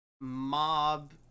mob